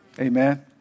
Amen